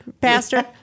Pastor